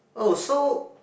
oh so